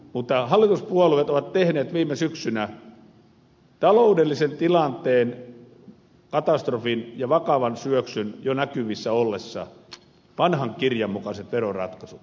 mutta hallituspuolueet ovat tehneet viime syksynä taloudellisen tilanteen katastrofin ja vakavan syöksyn jo näkyvissä ollessa vanhan kirjan mukaiset veroratkaisut